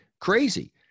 crazy